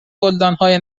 گلدانهای